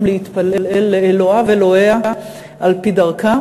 להתפלל לאלוהיו-אלוהיה על-פי דרכם,